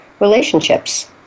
Relationships